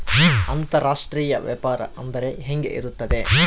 ಅಂತರಾಷ್ಟ್ರೇಯ ವ್ಯಾಪಾರ ಅಂದರೆ ಹೆಂಗೆ ಇರುತ್ತದೆ?